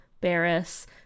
Barris